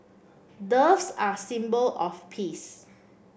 doves are a symbol of peace